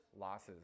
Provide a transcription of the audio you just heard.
losses